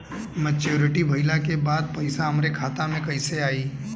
Maturity भईला के बाद पईसा हमरे खाता में कइसे आई?